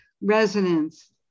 resonance